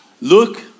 look